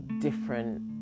different